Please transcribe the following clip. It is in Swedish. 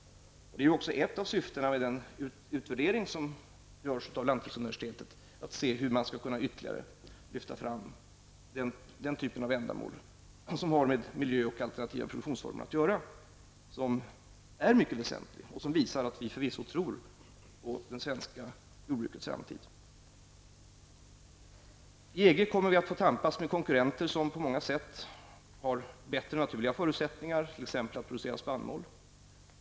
Ett av syftena med den utvärdering som görs av lantbruksuniversitetet är att se hur man skall kunna ytterligare lyfta fram den typ av ändamål som har med miljö och alternativa produktionsformer att göra. Detta är mycket väsentligt och visar att vi förvisso tror på det svenska jordbrukets framtid. I EG kommer vi att få tampas med krafter som på många sätt har bättre naturliga förutsättningar, t.ex. att producera spannmål.